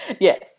Yes